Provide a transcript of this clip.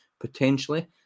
potentially